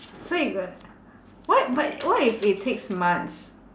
so you gotta what but what if it takes months